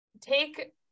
take